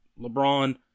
LeBron